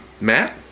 Matt